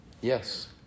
Yes